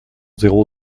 zéro